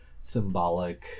symbolic